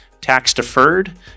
tax-deferred